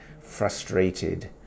frustrated